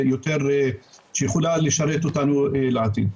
שיכולה לשרת אותנו לעתיד.